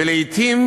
ולעתים